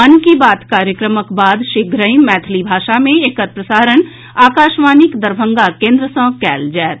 मन की बात कार्यक्रमक बाद शीघ्रहि मैथिली भाषा मे एकर प्रसारण आकाशवाणीक दरभंगा केन्द्र सँ कयल जायत